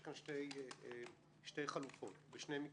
יש פה שתי חלופות ושני מקרים: